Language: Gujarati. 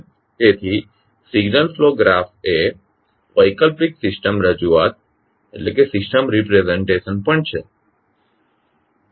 તેથી સિગ્નલ ફ્લો ગ્રાફ્સ એ વૈકલ્પિક સિસ્ટમ રજૂઆત પણ છે